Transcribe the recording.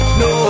no